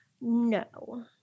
No